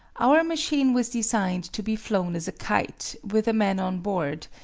our machine was designed to be flown as a kite, with a man on board,